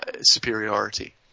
superiority